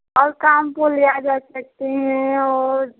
और कानपुर तो ले आ जा सकते हैं और